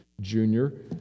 Junior